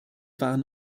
waren